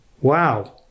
Wow